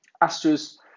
Astra's